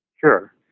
Sure